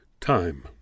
time